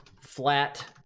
flat